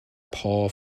paul